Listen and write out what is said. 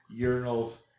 urinals